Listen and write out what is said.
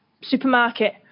supermarket